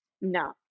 No